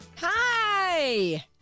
Hi